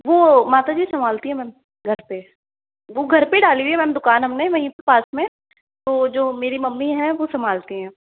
वो माता जी सम्भालती हैं मैम घर पे वो घर पे डाली हुई है मैम दुकान हमने वहीं पे पास में तो जो मेरी मम्मी है वो सम्भालती हैं